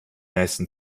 nächsten